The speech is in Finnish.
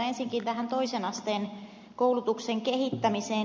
ensinnäkin tähän toisen asteen koulutuksen kehittämiseen